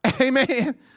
Amen